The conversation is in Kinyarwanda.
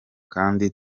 kandi